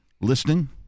listening